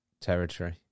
territory